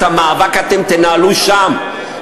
את המאבק אתם תנהלו שם,